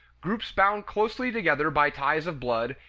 groups bound closely together by ties of blood,